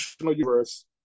universe